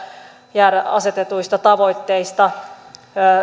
jäädä asetetuista tavoitteista